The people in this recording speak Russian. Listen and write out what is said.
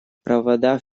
провода